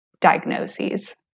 diagnoses